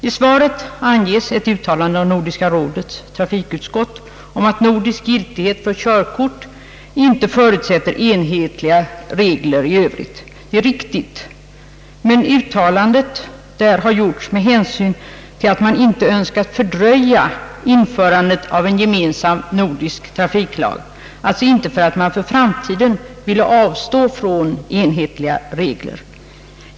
I svaret anges ett uttalande av Nordiska rådets trafikutskott om att nordisk giltighet för körkort inte förutsätter enhetliga regler i övrigt. Det är riktigt, men uttalandet där har gjorts med hänsyn till att man inte önskat fördröja införandet av en gemensam nordisk trafiklag, alltså inte för att man för framtiden vill avstå från enhetliga regler.